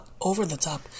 over-the-top